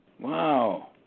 Wow